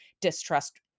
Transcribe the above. distrust